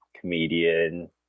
comedian